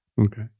Okay